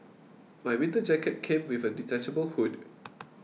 my winter jacket came with a detachable hood